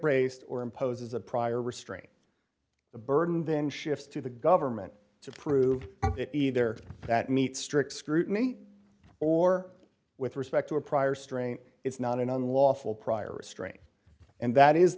braced or imposes a prior restraint the burden then shifts to the government to prove either that meets strict scrutiny or with respect to a prior strain it's not an unlawful prior restraint and that is